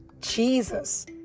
Jesus